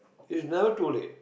it's never too late